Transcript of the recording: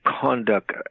conduct